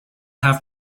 have